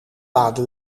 lade